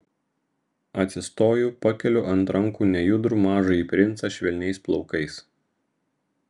atsistoju pakeliu ant rankų nejudrų mažąjį princą švelniais plaukais